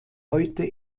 heute